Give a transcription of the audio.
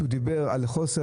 שהוא דיבר על חוסר